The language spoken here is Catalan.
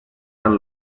tant